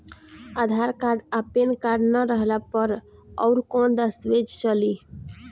आधार card आ PAN card ना रहला पर अउरकवन दस्तावेज चली?